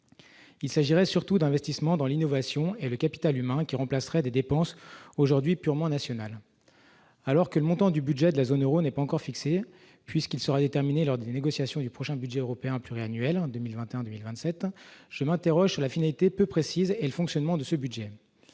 il s'agirait surtout d'investissement dans l'innovation et le capital humain qui remplacerait des dépenses aujourd'hui purement nationale alors que le montant du budget de la zone Euro n'est pas encore fixé, puisqu'il sera déterminé lors des négociations du prochain budget européen pluriannuel en 2021 2027 je m'interroge sur la finalité peu précises et le fonctionnement de ce budget,